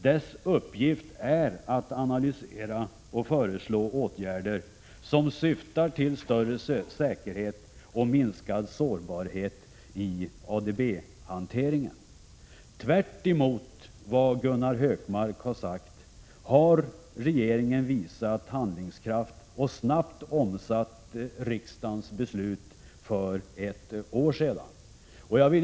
Dess uppgift är att analysera och föreslå åtgärder som syftar till större säkerhet och minskad sårbarhet i ADB-hanteringen. Tvärtemot vad Gunnar Hökmark har sagt har regeringen visat handlingskraft och snabbt omsatt riksdagens beslut för ett år sedan till praktiska åtgärder.